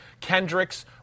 Kendricks